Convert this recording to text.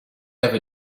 ever